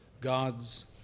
God's